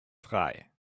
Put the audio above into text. drei